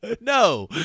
no